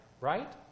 right